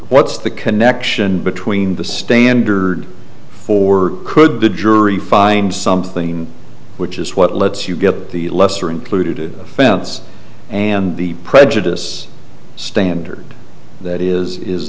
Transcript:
what's the connection between the standard for could the jury find something which is what lets you get the lesser and the fence and the prejudice standard that is is